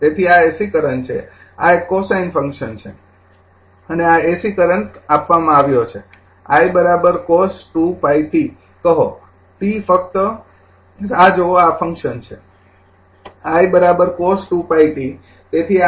તેથી આ AC current છે આ એક કોસાઇન ફંક્શન છે અને આ એસી કરંટ આપવામાં આવ્યો છે i cos2πt કહો t ફક્ત રાહ જોવો આ ફંક્શન છે i cos2πt